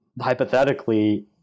hypothetically